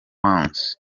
once